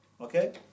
Okay